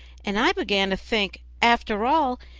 and i began to think, after all,